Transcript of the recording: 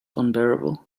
unbearable